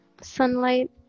Sunlight